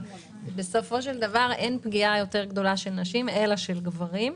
בסופו של דבר אין פגיעה גדולה יותר בנשים אלא בגברים,